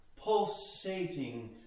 pulsating